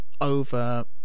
over